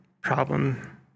problem